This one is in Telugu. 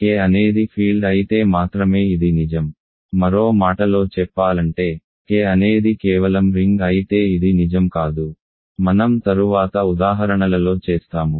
K అనేది ఫీల్డ్ అయితే మాత్రమే ఇది నిజం మరో మాటలో చెప్పాలంటే K అనేది కేవలం రింగ్ అయితే ఇది నిజం కాదు మనం తరువాత ఉదాహరణలలో చేస్తాము